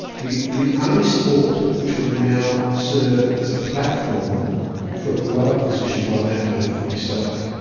the the only sport which would now serve as a platform for a global position by an athlete would be soccer.